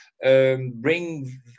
bring